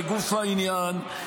לגוף העניין,